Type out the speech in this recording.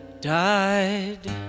died